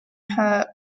her